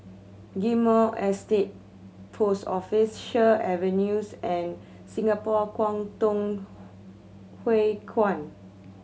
Ghim Moh Estate Post Office Sheares Avenues and Singapore Kwangtung Hui Kuan